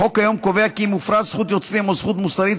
החוק כיום קובע כי אם הופרה זכות יוצרים או זכות מוסרית,